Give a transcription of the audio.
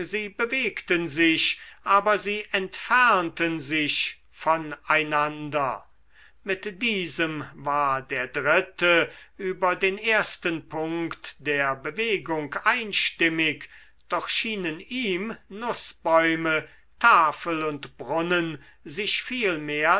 sie bewegten sich aber sie entfernten sich von einander mit diesem war der dritte über den ersten punkt der bewegung einstimmig doch schienen ihm nußbäume tafel und brunnen sich